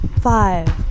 Five